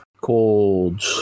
called